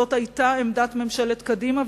זאת היתה עמדת ממשלת קדימה,